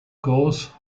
course